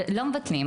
לא מבטלים,